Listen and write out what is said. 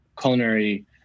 culinary